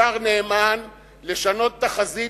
השר נאמן, לשנות את החזית